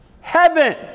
Heaven